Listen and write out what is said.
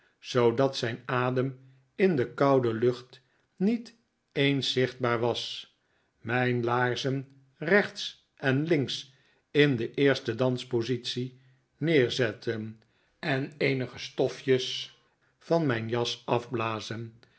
zoodat zijn adem in de koude lucht niet eens zichtbaar was mijn laarzen rechts en links in de eerste dans positie neerzetten en eenige stofjes van mijn jas afblazen